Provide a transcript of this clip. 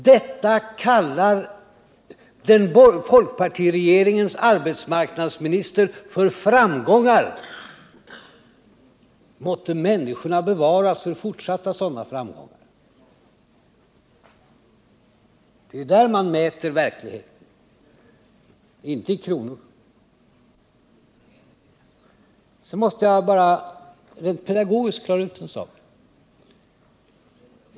Detta kallar folkpartiregeringens arbetsmarknadsminister för framgångar! Måtte människorna bevaras från fortsatta sådana framgångar. Det är där man mäter verkligheten, inte i kronor. Sedan måste jag bara rent pedagogiskt klara ut en sak.